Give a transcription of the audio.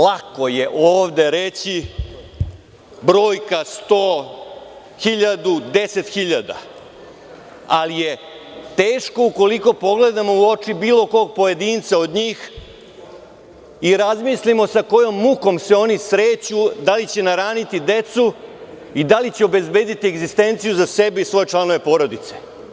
Lako je ovde reći brojka 100, hiljadu, 10 hiljada, ali je teško ukoliko pogledamo u oči bilo kog pojedinca i razmislimo sa kojom mukom se oni sreću, da li će nahraniti decu i da li će obezbediti egzistenciju za sebe i svoje članove porodice.